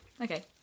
okay